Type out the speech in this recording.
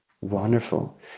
Wonderful